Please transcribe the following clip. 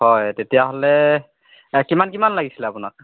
হয় তেতিয়াহ'লে কিমান কিমান লাগিছিলে আপোনাক